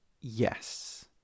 yes